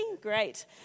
Great